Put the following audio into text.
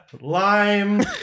Lime